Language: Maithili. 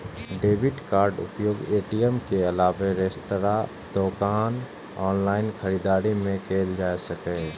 डेबिट कार्डक उपयोग ए.टी.एम के अलावे रेस्तरां, दोकान, ऑनलाइन खरीदारी मे कैल जा सकैए